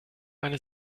eine